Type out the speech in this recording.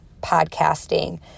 podcasting